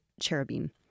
cherubim